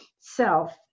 self